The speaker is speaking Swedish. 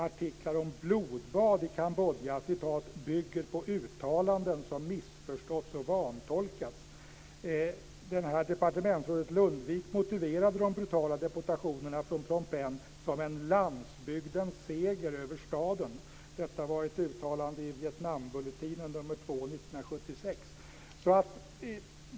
Artiklar om blodbad i Kambodja 'bygger på uttalanden som missförståtts och vantolkats'." Departementsrådet Lundvik motiverade de brutala deportationerna från Phnom Penh som en landsbygdens seger över staden. Detta var ett uttalande i Vietnambulletinen nr 2 1976.